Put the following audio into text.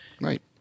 right